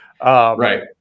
Right